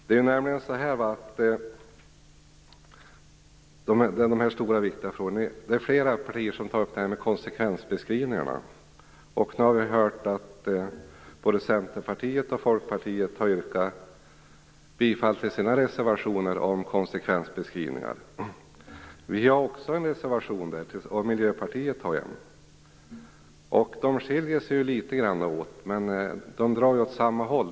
Det är flera partier som tar upp detta med konsekvensbeskrivningar. Nu har vi hört att både Centerpartiet och Folkpartiet har yrkat bifall till sina reservationer om konsekvensbeskrivningar. Vi har också en reservation om detta, och Miljöpartiet har en. De skiljer sig ju åt litet grand, men de drar åt samma håll.